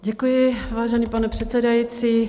Děkuji, vážený pane předsedající.